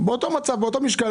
הוא באותו מצב ובאותו משקל.